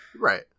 right